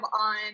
on